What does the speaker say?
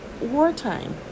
wartime